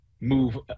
move